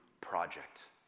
project